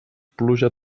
pluja